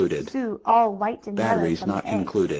sue all white and yellow from the eggs.